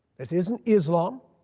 it isn't islam,